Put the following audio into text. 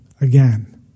again